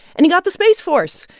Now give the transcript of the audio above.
and he got the space force,